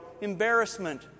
embarrassment